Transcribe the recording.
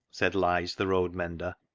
said lige, the road-mender,